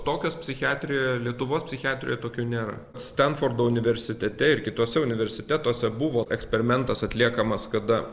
tokios psichiatrijoje lietuvos psichiatrijoje tokio nėra stanfordo universitete ir kituose universitetuose buvo eksperimentas atliekamas kada